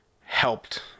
helped